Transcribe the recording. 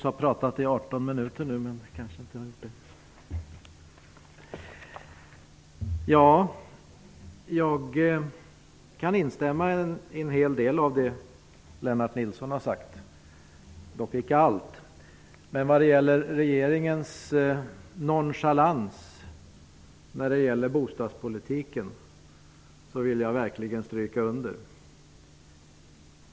Herr talman! Jag kan instämma i en hel del av det Lennart Nilsson har sagt, dock icke allt. Men jag vill verkligen styrka under att regeringen visat nonchalans för bostadspolitiken.